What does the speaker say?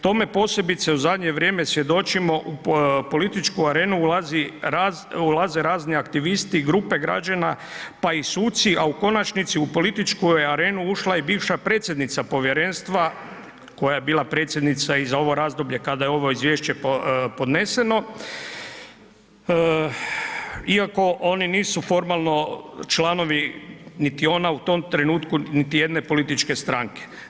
Tome posebice u zadnje vrijeme svjedočimo, u političku arenu ulaze razni aktivisti, grupe građana, pa i suci, a u konačnici u političku arenu je ušla i bivša predsjednica povjerenstva koja je bila predsjednica i za ovo razdoblje kada je ovo izvješće podneseno, iako oni nisu formalno članovi, niti ona u tom trenutku, niti jedne političke stranke.